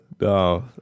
No